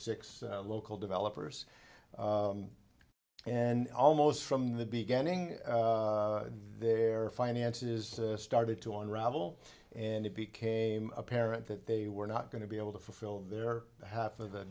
six local developers and almost from the beginning their finances started to unravel and it became apparent that they were not going to be able to fulfill their half of the